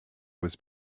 was